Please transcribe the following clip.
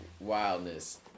Wildness